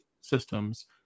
systems